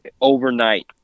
overnight